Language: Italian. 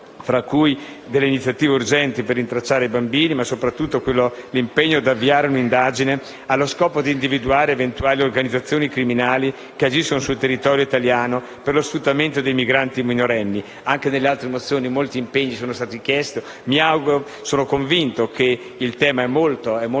alcune urgenti iniziative al fine di rintracciare i bambini, ma soprattutto l'impegno ad avviare un'indagine allo scopo di individuare eventuali organizzazioni criminali che agiscono sul territorio italiano per lo sfruttamento dei migranti minorenni. Anche con le altre mozioni molti impegni sono stati chiesti. Sono convinto che il tema sia veramente